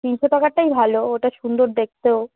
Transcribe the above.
তিনশো টাকারটাই ভালো ওটা সুন্দর দেখতেও